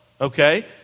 okay